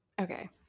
Okay